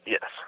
Yes